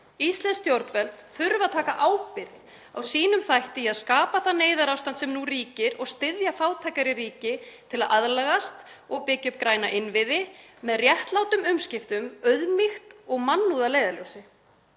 Íslensk stjórnvöld þurfa að taka ábyrgð á sínum þætti í að skapa það neyðarástand sem nú ríkir og styðja fátækari ríki til að aðlagast og byggja upp græna innviði með réttlátum umskiptum, auðmýkt og mannúð að leiðarljósi.